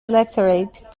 electorate